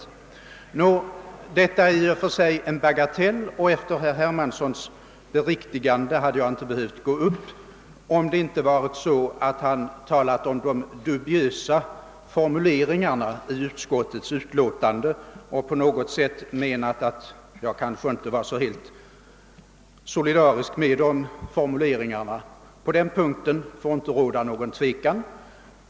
Detta är i och för sig en bagatell, och efter herr Hermanssons beriktigande hade jag inte behövt gå upp, om han inte hade talat om de »dubiösa formuleringarna» i utskottets utlåtande och på något sätt antytt att jag kanske inte var alldeles solidarisk med dem. På den punkten får det inte råda något tvivel.